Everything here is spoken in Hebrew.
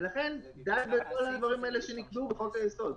ולכן די בכל הדברים האלה שנקבעו בחוק היסוד.